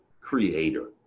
creator